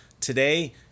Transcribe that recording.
Today